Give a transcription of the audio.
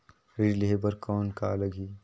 ऋण लेहे बर कौन का लगही?